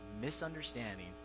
misunderstanding